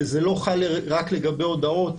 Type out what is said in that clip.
וזה לא חל רק לגבי הודאות.